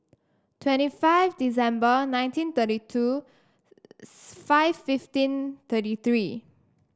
twenty five December nineteen thirty two five fifteen thirty three